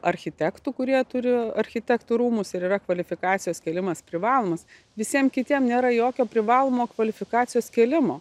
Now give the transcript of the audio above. architektų kurie turi architektų rūmus ir yra kvalifikacijos kėlimas privalomas visiem kitiem nėra jokio privalomo kvalifikacijos kėlimo